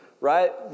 right